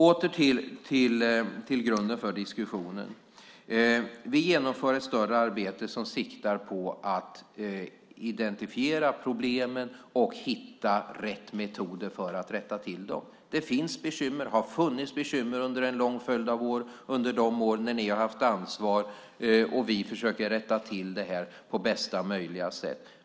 Jag går åter till grunden för diskussionen. Vi genomför ett större arbete som siktar på att identifiera problemen och hitta rätt metoder för att rätta till dem. Det finns bekymmer och har funnits bekymmer under en lång följd av år under de år ni har haft ansvar, och vi försöker rätta till det på bästa sätt.